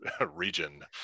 region